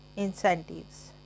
Incentives